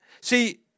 See